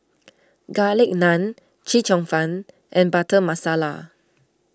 Garlic Naan Chee Cheong Fun and Butter Masala